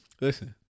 Listen